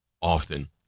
often